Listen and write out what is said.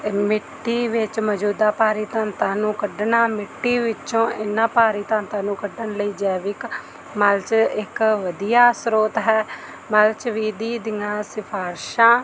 ਮਿੱਟੀ ਵਿੱਚ ਮੌਜੂਦਾ ਭਾਰੀ ਤੱਤਾਂ ਨੂੰ ਕੱਢਣਾ ਮਿੱਟੀ ਵਿੱਚੋਂ ਇਨ੍ਹਾਂ ਭਾਰੀ ਤੱਤਾਂ ਨੂੰ ਕੱਢਣ ਲਈ ਜੈਵਿਕ ਮਲਚ ਇੱਕ ਵਧੀਆ ਸਰੋਤ ਹੈ ਮਲਚ ਵਿਧੀ ਦੀਆਂ ਸਿਫ਼ਾਰਿਸ਼ਾਂ